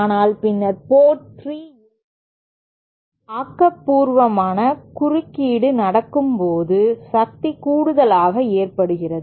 ஆனால் பின்னர் போர்ட் 3 இல் ஆக்கபூர்வமான குறுக்கீடு நடக்கும்போது சக்தி கூடுதலாக ஏற்படுகிறது